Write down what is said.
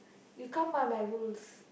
you come by my rules